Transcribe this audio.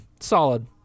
Solid